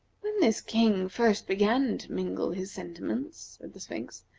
when this king first began to mingle his sentiments, said the sphinx,